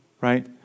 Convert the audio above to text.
Right